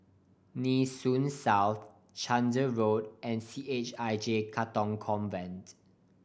Nee Soon South Chander Road and C H I J Katong Convent